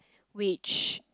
which